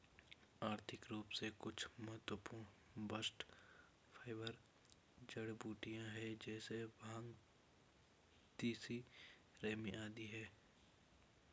आर्थिक रूप से कुछ महत्वपूर्ण बास्ट फाइबर जड़ीबूटियां है जैसे भांग, तिसी, रेमी आदि है